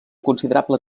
considerable